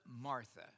Martha